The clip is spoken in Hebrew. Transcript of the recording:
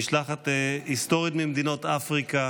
משלחת היסטורית ממדינות אפריקה.